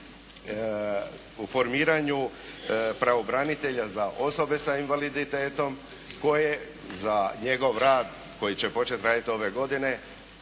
o formiranju pravobranitelja za osobe sa invaliditetom koji za njegov rad koji će početi raditi ove godine,